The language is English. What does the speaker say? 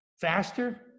faster